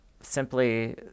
simply